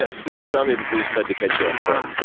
ah please tell me the police tried to catch you on foot.